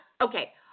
Okay